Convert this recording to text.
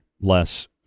less